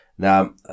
Now